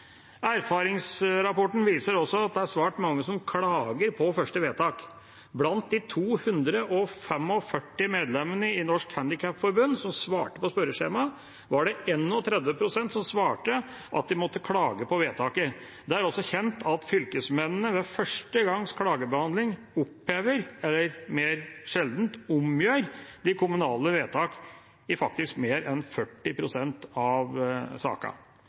Erfaringsrapporten viser også at det er svært mange som klager på første vedtak. Blant de 245 medlemmene i Norges Handikapforbund som svarte på spørreskjemaet, var det 31 pst. som svarte at de måtte klage på vedtaket. Det er også kjent at fylkesmennene ved første gangs klagebehandling opphever – eller mer sjeldent omgjør – de kommunale vedtakene i faktisk mer enn 40 pst. av sakene.